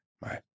Right